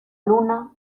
luna